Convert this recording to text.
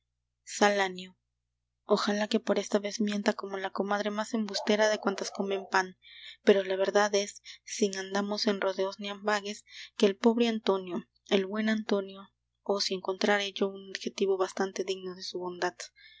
salanio ojalá que por esta vez mienta como la comadre más embustera de cuantas comen pan pero la verdad es sin andamos en rodeos ni ambages que el pobre antonio el buen antonio oh si encontrara yo un adjetivo bastante digno de su bondad